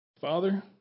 Father